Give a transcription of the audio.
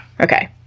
Okay